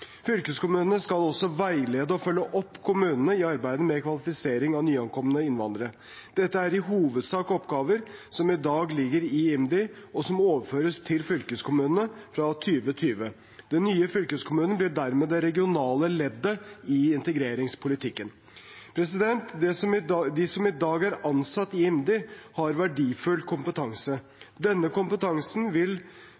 Fylkeskommunene skal også veilede og følge opp kommunene i arbeidet med kvalifisering av nyankomne innvandrere. Dette er i hovedsak oppgaver som i dag ligger i IMDi, og som overføres til fylkeskommunene fra 2020. De nye fylkeskommunene blir dermed det regionale leddet i integreringspolitikken. De som i dag er ansatt i IMDi, har verdifull kompetanse.